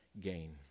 gain